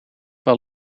wel